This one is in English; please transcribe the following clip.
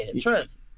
trust